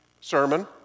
sermon